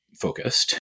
focused